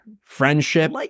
Friendship